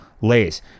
Lays